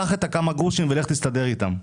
קח את הכמה גרושים ולך תסתדר איתם.